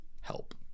help